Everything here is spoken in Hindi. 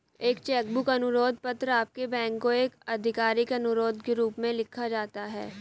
एक चेक बुक अनुरोध पत्र आपके बैंक को एक आधिकारिक अनुरोध के रूप में लिखा जाता है